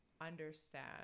understand